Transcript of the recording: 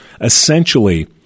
essentially